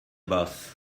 boss